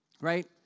right